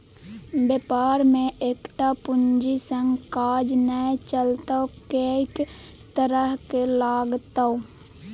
बेपार मे एकटा पूंजी सँ काज नै चलतौ कैक तरहक लागतौ